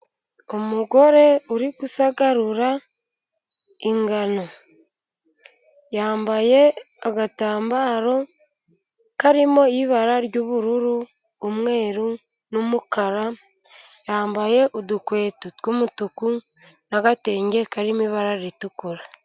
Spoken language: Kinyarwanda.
Umugore uri gusagarura ingano. Yambaye agatambaro karimo ibara ry'ubururu, umweru n'umukara. Yambaye udukweto tw'umutuku n'agatenge karimo ibara ritukura.